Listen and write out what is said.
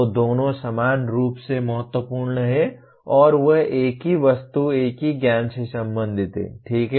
तो दोनों समान रूप से महत्वपूर्ण हैं और वे एक ही वस्तु एक ही ज्ञान से संबंधित हैं ठीक है